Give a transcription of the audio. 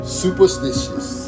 superstitious